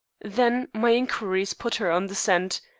then my inquiries put her on the scent.